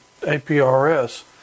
APRS